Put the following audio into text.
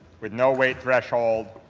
with no weight threshold,